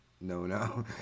no-no